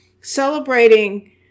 celebrating